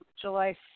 July